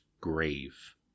grave